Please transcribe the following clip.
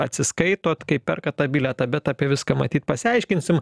atsiskaitot kai perkat tą bilietą bet apie viską matyt pasiaiškinsim